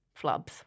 flubs